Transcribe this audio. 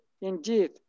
indeed